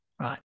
right